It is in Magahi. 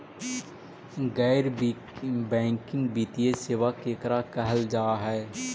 गैर बैंकिंग वित्तीय सेबा केकरा कहल जा है?